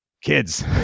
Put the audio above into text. Kids